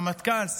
רמטכ"ל,